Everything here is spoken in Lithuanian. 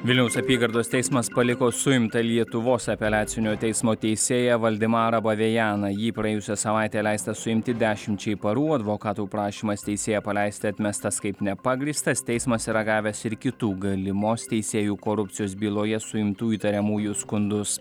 vilniaus apygardos teismas paliko suimtą lietuvos apeliacinio teismo teisėją valdemarą bavejeną jį praėjusią savaitę leista suimti dešimčiai parų advokatų prašymas teisėją paleisti atmestas kaip nepagrįstas teismas yra gavęs ir kitų galimos teisėjų korupcijos byloje suimtų įtariamųjų skundus